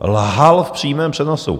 Lhal v přímém přenosu.